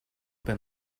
been